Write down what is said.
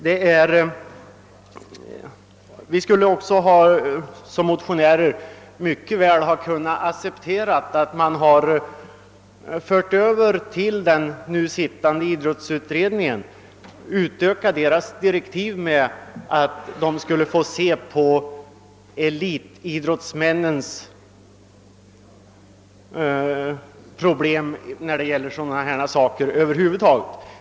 Som motionärer skulle vi mycket väl ha kunnat acceptera att man utökade den nu sittande idrottsutredningens direktiv med studium av elitidrottsmännens problem i fråga om försörjningen.